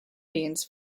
beans